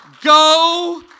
go